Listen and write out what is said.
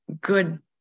good